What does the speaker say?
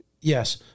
Yes